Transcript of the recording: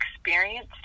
experience